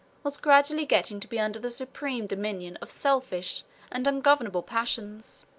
was gradually getting to be under the supreme dominion of selfish and ungovernable passions